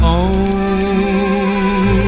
own